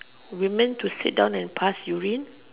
women to sit down and pass urine